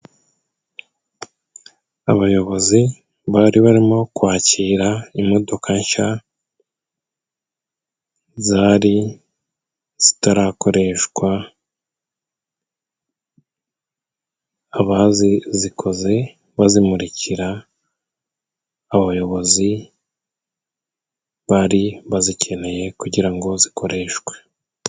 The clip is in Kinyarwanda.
Abayobozi bari barimo kwakira imodoka nshya zari zitarakoreshwa. Abazikoze bazimurikira abayobozi, bari bazikeneye kugira ngo zikoreshwe.